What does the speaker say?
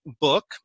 book